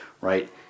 right